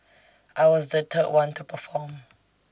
I was the third one to perform